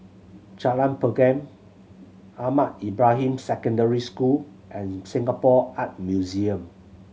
Jalan Pergam Ahmad Ibrahim Secondary School and Singapore Art Museum